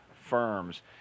firms